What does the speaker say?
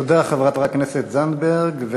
תודה, חברת הכנסת זנדברג.